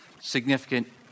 significant